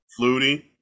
Flutie